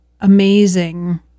amazing